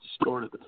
distorted